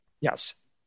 Yes